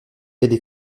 quelle